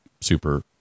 super